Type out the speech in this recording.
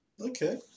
Okay